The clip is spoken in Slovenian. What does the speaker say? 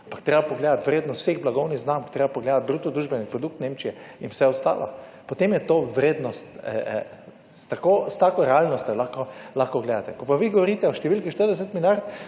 treba pogledati vrednost vseh blagovnih znamk, je treba pogledati bruto družbeni produkt Nemčije in vse ostalo, potem je to vrednost, tako, s tako realnostjo lahko gledate. Ko pa vi govorite o številki 40 milijard,